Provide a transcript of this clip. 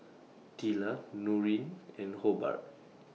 Tilla Noreen and Hobart